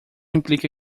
implica